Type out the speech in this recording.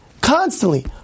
Constantly